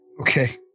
Okay